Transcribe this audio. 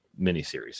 miniseries